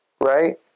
Right